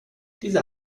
diese